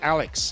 Alex